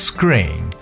Screen